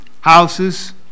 houses